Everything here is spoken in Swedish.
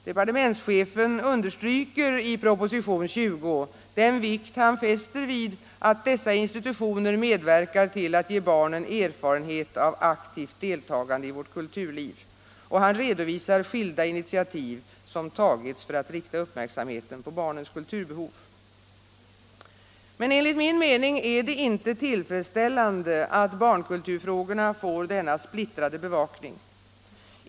Departementschefen understryker i propositionen 20 vilken vikt han fäster vid att dessa institutioner medverkar till att ge barnen erfarenhet av aktivt deltagande i vårt kulturliv. Och han redovisar skilda initiativ som tagits för att rikta uppmärksamheten på barnens kulturbehov. Enligt min mening är det inte tillfredsställande att barnkulturfrågorna får denna splittrade bevakning.